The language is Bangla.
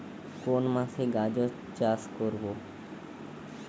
কোন মাসে গাজর চাষ করব?